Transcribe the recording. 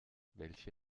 welche